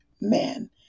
man